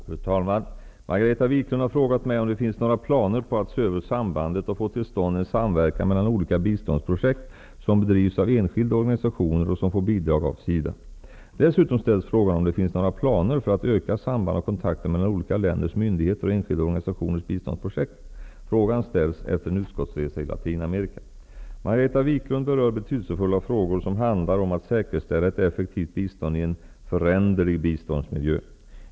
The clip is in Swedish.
Fru talman! Margareta Viklund har frågat mig om det finns några planer på att se över sambandet och få till stånd en samverkan mellan olika biståndsprojekt som bedrivs av enskilda organisationer och som får bidrag av SIDA. Dessutom ställs frågan om det finns några planer för att öka samband och kontakt mellan olika länders myndigheter och enskilda organisationers biståndsprojekt. Frågan ställs efter en utskottsresa i Latinamerika. Margareta Viklund berör betydelsefulla frågor, som handlar om att säkerställa ett effektivt bistånd i en föränderlig biståndsmiljö.